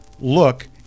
Look